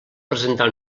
presentar